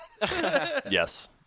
Yes